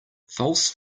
false